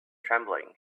trembling